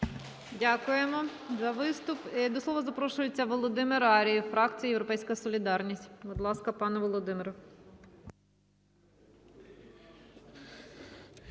Дякуємо за виступ. До слова запрошується Володимир Ар'єв. Фракція "Європейська солідарність". Будь ласка, пане Володимир.